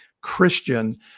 Christian